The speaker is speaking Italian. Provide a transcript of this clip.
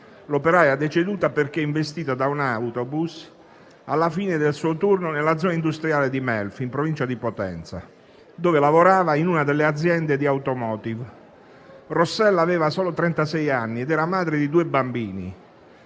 l'operaia deceduta perché investita da un autobus alla fine del suo turno nella zona industriale di Melfi, in provincia di Potenza, dove lavorava in una delle aziende di *automotive*. Rossella aveva solo 36 anni ed era madre di due bambini.